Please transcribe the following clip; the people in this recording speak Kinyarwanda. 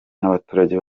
n’abaturage